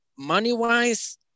Money-wise